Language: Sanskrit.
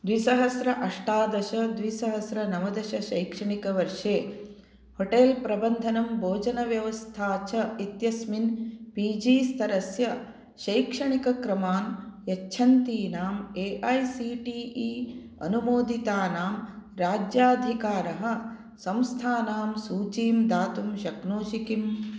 द्विसहस्र अष्टादश त्रिसहस्रनवदशशैक्षणिकवर्षे होटेल् प्रबन्धनं भोजनव्यवस्था च इत्यस्मिन् पी जी स्तरस्य शैक्षणिकक्रमान् यच्छन्तीनां A I C T E अनुमोदितानां राज्याधिकारः संस्थानां सूचीं दातुं शक्नोषि किम्